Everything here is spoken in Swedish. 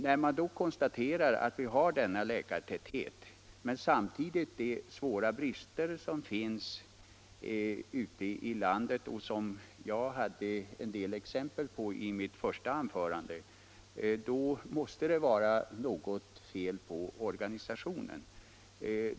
När det nu trots denna stora läkartäthet samtidigt råder svåra brister på läkare ute i landet — vilket jag gav en del exempel på i mitt första anförande — måste det vara något fel på organisationen.